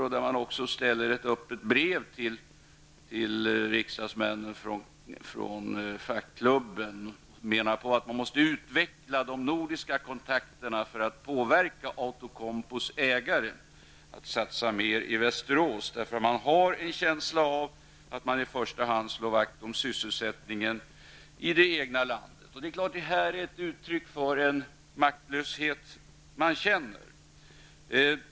Fackklubben har skrivit ett öppet brev till riksdagsledamöterna och menar att man måste utveckla de nordiska kontakterna för att påverka Outokumpus ägare att satsa mer i Västerås. Man har en känsla av att ägaren i första hand vill slå vakt om sysselsättningen i det egna landet. Det här är ett uttryck för den maktlöshet som man känner.